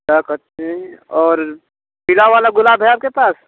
क्या कहते हैं और पीला वाला गुलाब है आपके पास